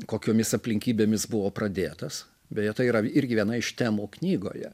kokiomis aplinkybėmis buvo pradėtas beje tai yra irgi viena iš temų knygoje